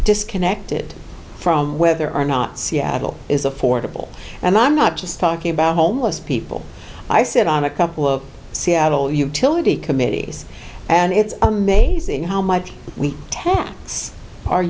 disconnected from whether or not seattle is affordable and i'm not just talking about homeless people i sit on a couple of seattle utility committees and it's amazing how might we